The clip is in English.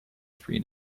three